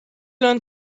learn